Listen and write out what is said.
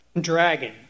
dragon